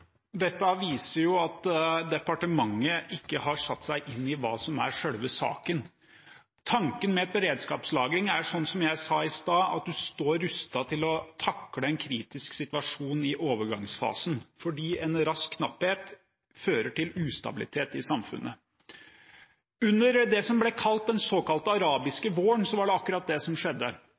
Dette viser jo at departementet ikke har satt seg inn i hva som er selve saken. Tanken med beredskapslagring er, som jeg sa i stad, at en står rustet til å takle en kritisk situasjon i overgangsfasen, fordi en rask knapphet fører til ustabilitet i samfunnet. Under det som ble kalt den arabiske våren, var det akkurat det som skjedde,